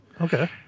Okay